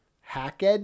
HackEd